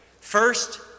First